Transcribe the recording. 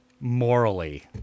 morally